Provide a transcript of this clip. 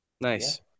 Nice